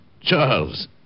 Charles